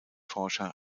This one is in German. forscher